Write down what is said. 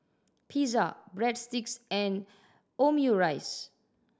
Pizza Breadsticks and Omurice